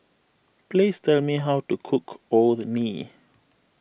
please tell me how to cook Orh Nee